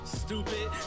stupid